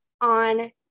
on